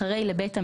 אחרי "לבית המשפט"